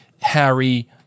Harry